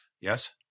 Yes